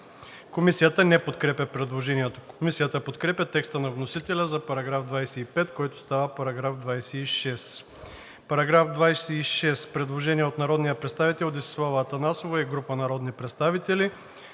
Комисията не подкрепя предложението. Комисията подкрепя текста на вносителя за § 25, който става § 26. По § 26 има предложение от народния представител Десислава Атанасова и група народни представители.